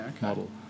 model